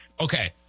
Okay